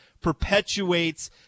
perpetuates